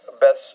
best